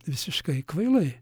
visiškai kvailai